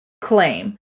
claim